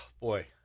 boy